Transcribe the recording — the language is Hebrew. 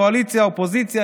קואליציה אופוזיציה,